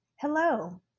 Hello